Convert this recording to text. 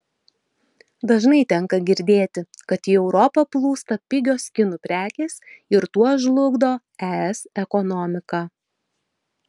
dažnai tenka girdėti kad į europą plūsta pigios kinų prekės ir tuo žlugdo es ekonomiką